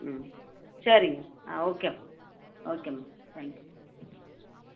ம் சரிங்க ஆ okay okay ma'am thank you